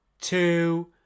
two